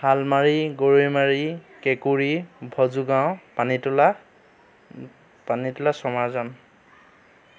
শালমাৰি গৰৈমাৰি কেঁকুৰি ভজু গাঁও পানীতোলা পানীতোলা চমাৰজান